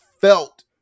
felt